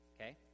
Okay